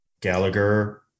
Gallagher